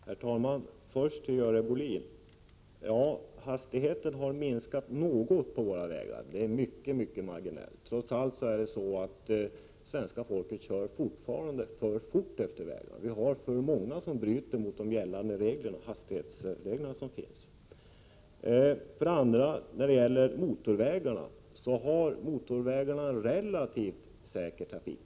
Herr talman! Hastigheten på våra vägar har minskat något, Görel Bohlin. Men det är mycket marginellt. Svenska folket kör trots allt fortfarande för fort på vägarna. Det är för många som bryter mot de hastighetsregler som finns. Trafiken på motorvägarna är relativt säker, Görel Bohlin.